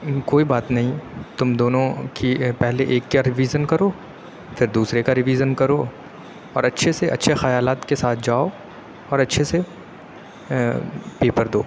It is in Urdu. کوئی بات نہیں تم دونوں کی پہلے ایک کا رویزن کرو پھر دوسرے کا رویزن کرو اور اچھے سے اچھے خیالات کے ساتھ جاؤ اور اچھے سے پیپر دو